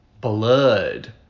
Blood